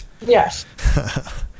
Yes